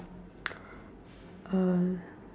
uh